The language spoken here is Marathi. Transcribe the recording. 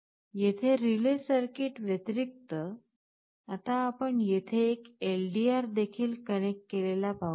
येथे रिले सर्किट व्यतिरिक्त आता आपण येथे एक एलडीआर देखील कनेक्ट केलेला पाहू शकता